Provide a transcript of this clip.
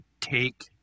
take